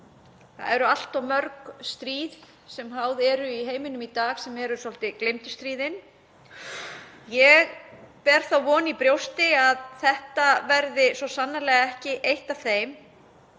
Það eru allt of mörg stríð sem háð eru í heiminum í dag sem eru svolítið gleymdu stríðin. Ég ber þá von í brjósti að þetta verði svo sannarlega ekki eitt af þeim